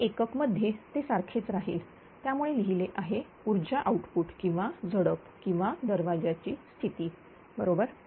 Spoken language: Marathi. प्रति एकक मध्ये ते सारखेच राहील त्यामुळे लिहिले आहे ऊर्जा आउटपुट किंवा झडप किंवा दरवाजाची स्थिती बरोबर